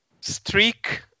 Streak